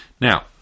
Now